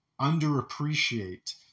underappreciate